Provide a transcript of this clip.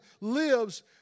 lives